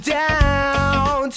down